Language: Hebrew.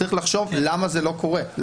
צריך לחשוב למה זה לא קורה.